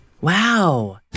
wow